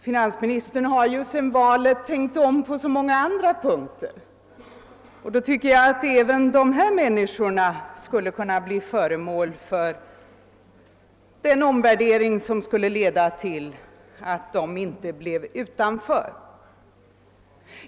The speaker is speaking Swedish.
Finansministern har ju efter valet tänkt om på så många andra punkter, och då tycker jag att också de människor det här gäller kunde bli föremål för en omprövning som ledde till att de inte ställdes helt utanför.